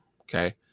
Okay